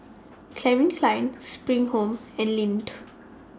Calvin Klein SPRING Home and Lindt